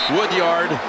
Woodyard